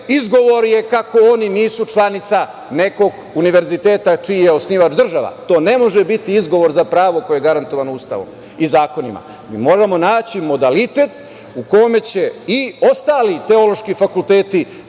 države. Izgovor je kako oni nisu članica nekog univerziteta čiji je osnivač država. To ne može biti izgovor za pravo koje je garantovano Ustavom i zakonima. Mi moramo naći modalitet u kome će i ostali teološki fakulteti